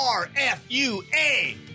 RFUA